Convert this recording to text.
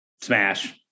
Smash